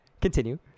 continue